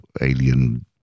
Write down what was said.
Alien